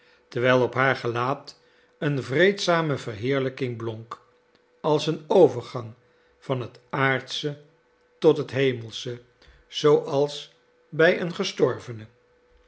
terwijl op haar gelaat een vreedzame verheerlijking blonk als een overgang van het aardsche tot het hemelsche zooals bij een gestorvene